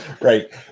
right